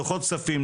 דוחות כספים,